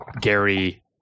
Gary